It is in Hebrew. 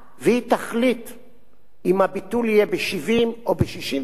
אם הביטול יהיה ב-70, ב-65 או בכל מספר אחר.